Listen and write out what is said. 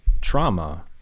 trauma